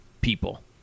people